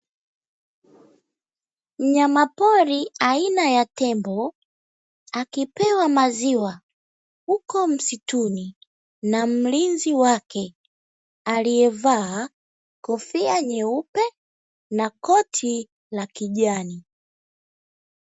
Mnyama pori aina ya tembo akipewa maziwa huko msituni, na mlinzi wake aliyevaa kofia nyeupe na koti la kijani.